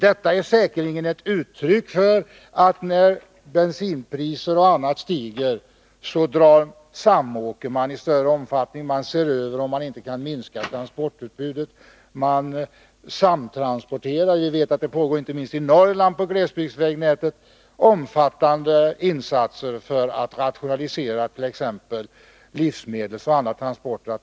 Detta är säkerligen ett uttryck för att man samåker i större omfattning när bensinpriser och annat stiger. Man ser över om man inte kan minska transportutbudet, och man samtransporterar. Vi vet att det inte minst i Norrland på glesbygdsvägnätet nu görs omfattande insatser för att rationalisera t.ex. livsmedelsoch annan transport.